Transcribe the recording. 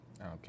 Okay